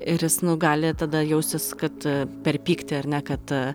ir jis nu gali tada jaustis kad per pyktį ar ne kad